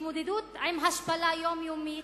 התמודדות עם השפלה יומיומית,